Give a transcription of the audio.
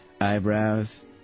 eyebrows